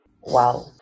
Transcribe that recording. Wow